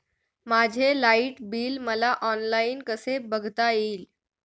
माझे light bill मला online कसे बघता येईल?